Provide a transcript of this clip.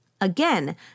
Again